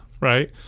right